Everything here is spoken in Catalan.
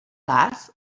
cas